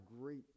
great